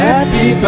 Happy